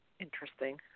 interesting